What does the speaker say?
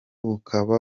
bukaba